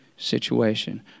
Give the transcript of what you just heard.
situation